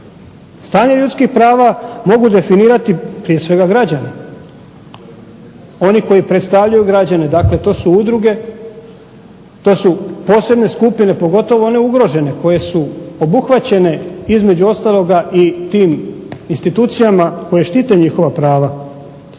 Stanje ljudskih prava mogu definirati prije svega građani, oni koji predstavljaju građane, dakle to su udruge, to su posebne skupine pogotovo one ugrožene koje su obuhvaćene između ostaloga i tim institucijama koje štite njihova prava.